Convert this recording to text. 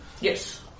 Yes